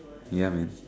ya man